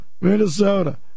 Minnesota